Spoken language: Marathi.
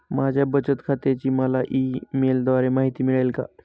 माझ्या बचत खात्याची मला ई मेलद्वारे माहिती मिळेल का?